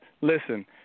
Listen